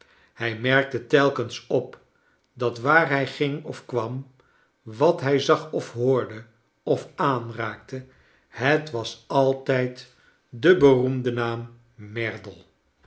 hij merkte telkens op dat waar hij ging of kwam wat hij zag of hoorde of aanraakte het was altijd de beroemde naam merdle